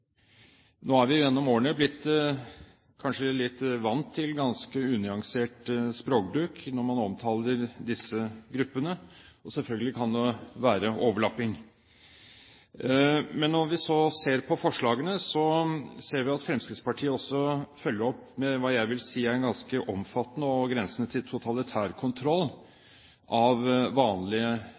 Nå har vi gjennom årene kanskje blitt litt vant til ganske unyansert språkbruk når man omtaler disse gruppene, og selvfølgelig kan det være overlapping. Men når vi så ser på forslagene, ser vi at Fremskrittspartiet også følger opp med hva jeg vil si er en ganske omfattende og grensende til totalitær kontroll av vanlige